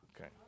Okay